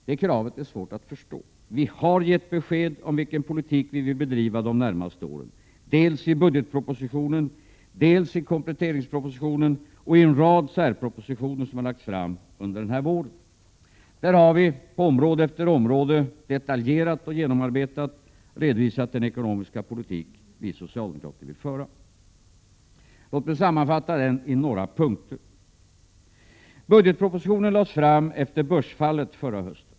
Det kravet är svårt att förstå. Vi har givit besked om vilken politik vi vill bedriva de närmaste åren, dels i budgetpropositionen, dels i kompletteringspropositionen och i en rad särpropositioner som har lagts fram under våren. Där har vi, på område efter område, detaljerat och genomarbetat, redovisat den ekonomiska politik som vi socialdemokrater vill föra. Låt mig sammanfatta den i några punkter. Budgetpropositionen lades fram efter börsfallet förra hösten.